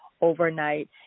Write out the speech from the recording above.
overnight